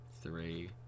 three